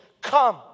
come